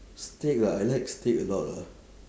steak ah I like steak a lot lah